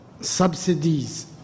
subsidies